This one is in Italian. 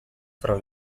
fra